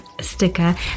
sticker